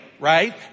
right